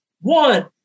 One